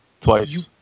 Twice